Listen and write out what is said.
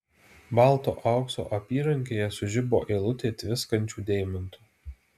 balto aukso apyrankėje sužibo eilutė tviskančių deimantų